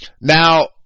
Now